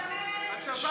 אוה, יש שר.